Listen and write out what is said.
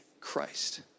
Christ